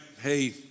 Hey